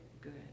good